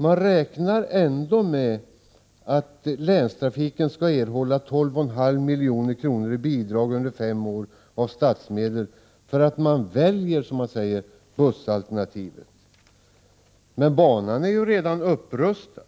Man räknar ändå med att länstrafiken skall erhålla 12,5 milj.kr. i bidrag under fem år av statsmedel för att man ”väljer” bussalternativet, som det heter. Men banan är redan upprustad.